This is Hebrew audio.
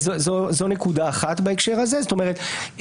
זאת אומרת,